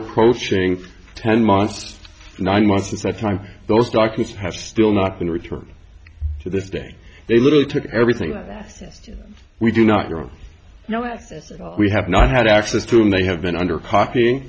approaching ten months nine months since that time those documents have still not been returned to this day they literally took everything we do not know we have not had access to them they have been under copying